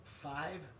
Five